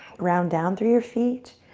ground down through your feet.